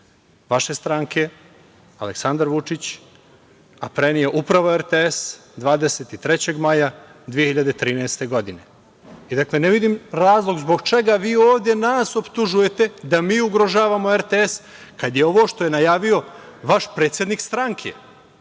vaše stranke, Aleksandar Vučić, a preneo upravo RTS 23. maja 2013. godine. Dakle, ne vidim razlog zbog čega vi ovde nas optužujete da mi ugrožavamo RTS, kad je ovo što je najavio vaš predsednik stranke,